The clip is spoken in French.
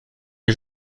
les